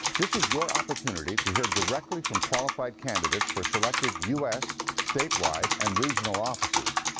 this is your opportunity to hear directly from qualified candidates for selected u s, statewide and regional offices.